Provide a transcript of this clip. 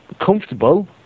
comfortable